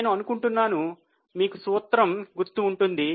నేను అనుకుంటున్నాను మీకు సూత్రం గుర్తు ఉంటుంది